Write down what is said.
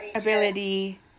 Ability